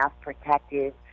protective